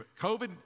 COVID